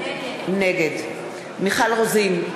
נגד מיכל רוזין,